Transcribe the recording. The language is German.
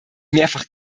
mehrfach